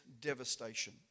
devastation